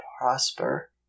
prosper